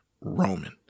Roman